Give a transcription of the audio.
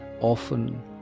often